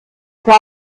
für